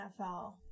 NFL